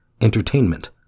entertainment